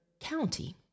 county